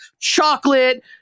chocolate